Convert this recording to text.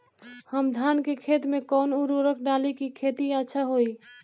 हम धान के खेत में कवन उर्वरक डाली कि खेती अच्छा होई?